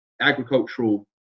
agricultural